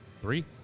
three